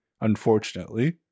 unfortunately